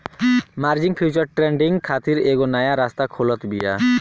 margin future trading खातिर एगो नया रास्ता खोलत बिया